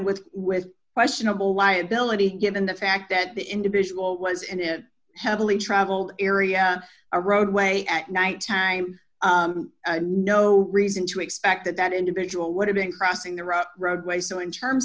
with with questionable liability given the fact that the individual was and it heavily traveled area a roadway at night time no reason to expect that that individual would have been crossing the road roadway so in terms